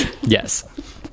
yes